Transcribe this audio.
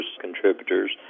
contributors